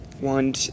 one